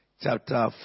chapter